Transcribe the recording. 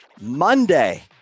Monday